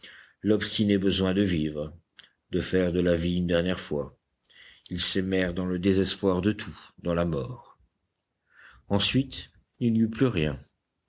l'obstiné besoin de vivre de faire de la vie une dernière fois ils s'aimèrent dans le désespoir de tout dans la mort ensuite il n'y eut plus rien